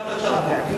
במשרד התרבות.